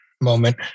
Moment